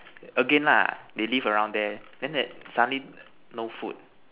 again nah they live around there then that suddenly no food